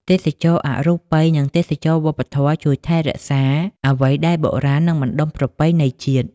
ទេសចរណ៍អរូបី និងទេសចរណ៍វប្បធម៌ជួយថែរក្សាអ្វីដែលបុរាណ និងបណ្ដុំប្រពៃណីជាតិ។